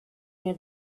near